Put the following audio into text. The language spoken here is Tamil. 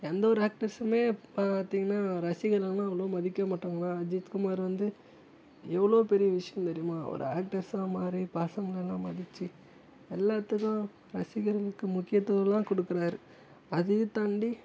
எந்த ஒரு ஆக்ட்டர்சுமே பார்த்தீங்கன்னா ரசிகர்களைலாம் அவ்வளோ மதிக்கவே மாட்டாங்க அஜித் குமார் வந்து எவ்வளோ பெரிய விஷயம் தெரியுமா அவர் ஆக்ட்டர்ஸா மாதிரி பாசமாகலாம் மதிச்சு எல்லாத்துக்கும் ரசிகர்களுக்கு முக்கியத்துவம் எல்லாம் கொடுக்குறாரு அதையும் தாண்டி